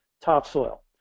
topsoil